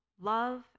love